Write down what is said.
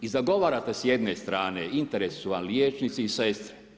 I zagovarate s jedne strane interes su vam liječnici i sestre.